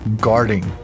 guarding